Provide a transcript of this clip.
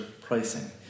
Pricing